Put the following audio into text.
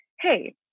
hey